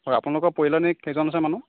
হয় আপোনালোকৰ পৰিয়ালৰ এনে কেইজন আছে মানুহ